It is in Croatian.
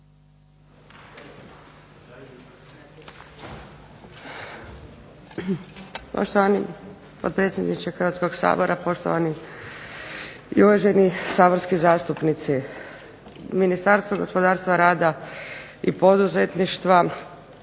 Poštovani potpredsjedniče Hrvatskog sabora, poštovani i uvaženi saborski zastupnici. Ministarstvo gospodarstva, rada i poduzetništva